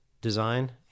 design